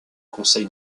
conseil